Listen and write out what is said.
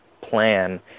plan